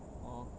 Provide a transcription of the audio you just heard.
oh